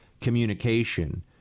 communication